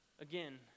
again